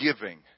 giving